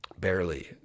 Barely